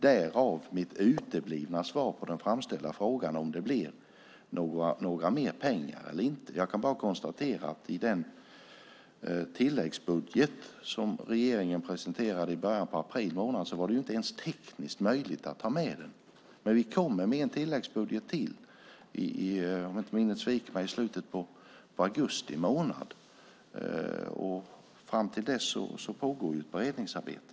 Därav mitt uteblivna svar på den framställda frågan om ytterligare pengar eller inte. Jag kan bara konstatera att i den tilläggsbudget som regeringen presenterade i början av april månad var det inte ens tekniskt möjligt att ta med den, men vi kommer med ännu en tilläggsbudget i, om inte minnet sviker mig, slutet av augusti månad. Fram till dess pågår ett beredningsarbete.